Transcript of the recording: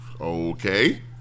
okay